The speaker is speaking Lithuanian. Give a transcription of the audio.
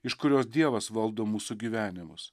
iš kurios dievas valdo mūsų gyvenimus